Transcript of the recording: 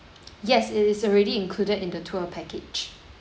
yes it is already included in the tour package